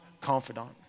confidant